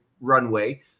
runway